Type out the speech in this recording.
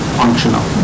functional